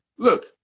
Look